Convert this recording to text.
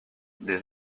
des